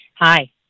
Hi